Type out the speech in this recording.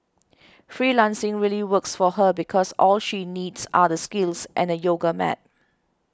freelancing really works for her because all she needs are the skills and a yoga mat